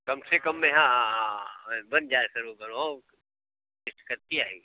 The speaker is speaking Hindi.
कम से कम में हाँ हाँ हाँ बन जाए शुरू करो किश्त कतनी आएगी